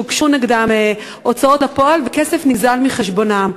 שהוגשו נגדם הליכי הוצאה לפועל וכסף נגזל מחשבונם.